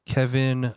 Kevin